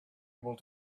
able